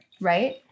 right